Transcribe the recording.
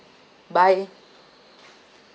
bye